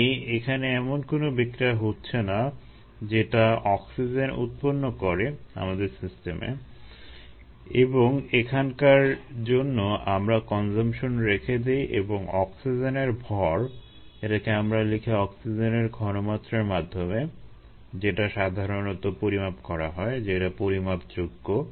ধরি নিই এখানে এমন কোনো বিক্রিয়া হচ্ছে না যেটা অক্সিজেন উৎপন্ন করে আমাদের সিস্টেমে এবং এখানকার জন্য আমরা কনজাম্পশন রেখে দিই এবং অক্সিজেনের ভর এটাকে আমরা লিখি অক্সিজেনের ঘনমাত্রার মাধ্যমে যেটা সাধারণত পরিমাপ করা হয় যেটা পরিমাপযোগ্য